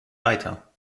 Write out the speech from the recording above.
weiter